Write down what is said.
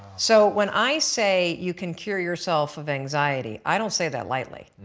so when i say you can cure yourself of anxiety i don't say that lightly.